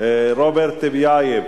רוברט טיבייב